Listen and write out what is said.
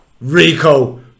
Rico